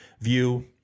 view